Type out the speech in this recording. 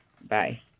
Bye